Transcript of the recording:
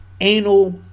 Anal